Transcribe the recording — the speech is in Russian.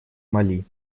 мали